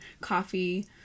coffee